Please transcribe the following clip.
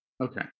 okay